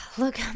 look